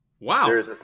Wow